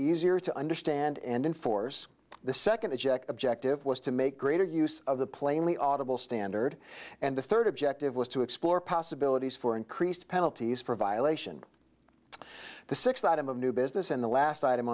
easier to understand and enforce the second object objective was to make greater use of the plainly audible standard and the third objective was to explore possibilities for increased penalties for violation of the sixth out of new business and the last item